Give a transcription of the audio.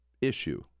issue